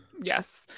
yes